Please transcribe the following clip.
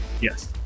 Yes